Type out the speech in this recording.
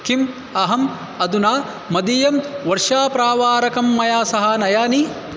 किम् अहम् अधुना मदीयं वर्षाप्रावारकं मया सह नयानि